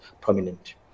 prominent